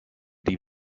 die